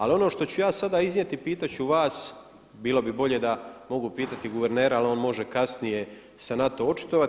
Ali ono što ću ja sada iznijeti pitat ću vas, bilo bi bolje da mogu pitati guvernera, ali on može kasnije se na to očitovati.